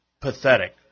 pathetic